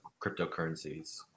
cryptocurrencies